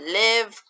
live